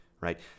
right